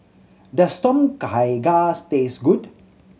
does Tom Kha Gai taste good